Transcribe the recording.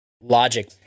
logic